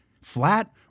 flat